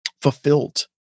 fulfilled